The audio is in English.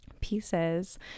pieces